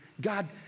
God